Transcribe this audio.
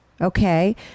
okay